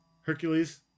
Hercules